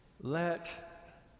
Let